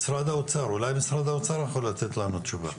אולי משרד האוצר יכול לתת לנו תשובה,